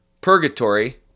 purgatory